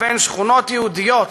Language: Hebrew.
בין שכונות יהודיות